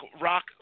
Rock